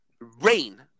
rain